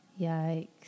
Yikes